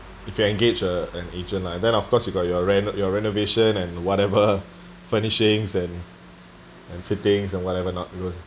if you uh engage uh an agent lah then of course you got your ren~ your renovation and whatever furnishings and and fittings and whatever not because